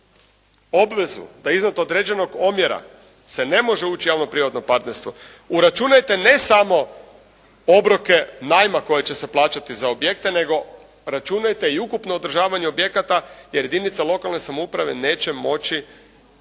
obvezu da iznad određenog omjera se ne može ući u javno privatno partnerstvo, uračunajte ne samo obroke najma koji će se plaćati za objekte nego računajte i ukupno održavanje objekata jer jedinica lokalne samouprave neće moći